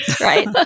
Right